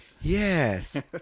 yes